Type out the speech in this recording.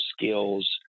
skills